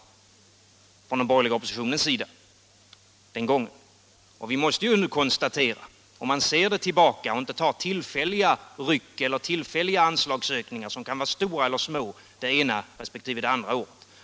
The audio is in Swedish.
Man måste se det över en följd av år, t.ex. från början av 1970-talet, och inte se på tillfälliga ryck, då anslagsökningarna kan vara stora eller små det ena resp. det andra året.